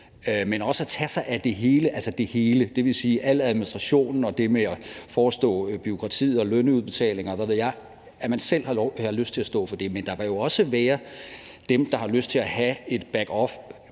men også at tage sig af det hele, dvs. al administrationen og det med at forestå bureaukratiet og lønudbetalinger, og hvad ved jeg, altså at man selv har lyst til at stå for det. Men der vil jo også være dem, der har lyst til at have et, hvad